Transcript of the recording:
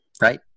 right